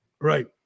Right